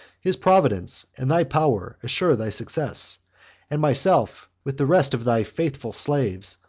his providence, and thy power, assure thy success and myself, with the rest of thy faithful slaves,